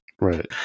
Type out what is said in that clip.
Right